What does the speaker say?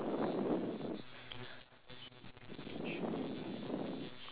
fur the wool from the sheep that's why